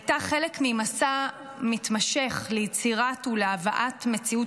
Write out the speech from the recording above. הייתה חלק ממסע מתמשך ליצירת ולהבאת מציאות